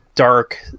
dark